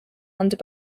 under